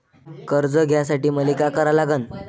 कर्ज घ्यासाठी मले का करा लागन?